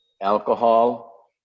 alcohol